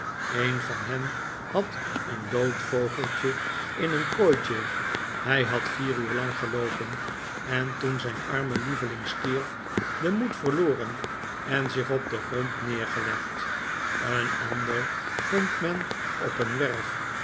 een van hen had een dood vogeltje in een kooitje hij had vier uur lang geloopen en toen zijn arme lieveling stierf den moed verloren en zich op den grond neergelegd een ander vond men op een werf